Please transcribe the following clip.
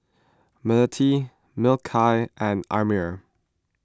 Melati Mikhail and Ammir